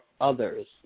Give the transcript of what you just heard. others